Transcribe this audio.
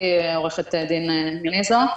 עורכת הדין קניזו.